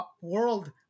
world